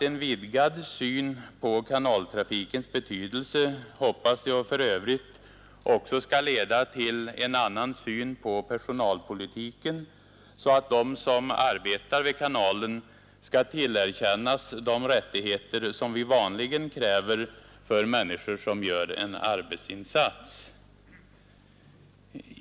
En vidgad syn på kanaltrafikens betydelse hoppas jag för övrigt också skall leda till en annan syn på personalpolitiken, så att de som arbetar vid kanalen skall tillerkännas de rättigheter vi vanligen kräver för människor som gör en arbetsinsats.